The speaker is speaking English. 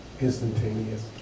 instantaneous